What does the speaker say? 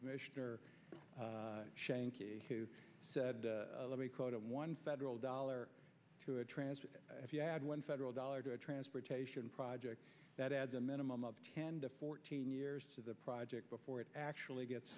commissioner shankey who said let me quote one federal dollar to a transfer if you had one federal dollar to a transportation project that adds a minimum of ten to fourteen years to the project before it actually gets